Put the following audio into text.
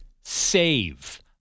save